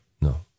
No